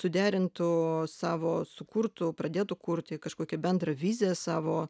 suderintų savo sukurtų pradėtų kurti kažkokią bendrą viziją savo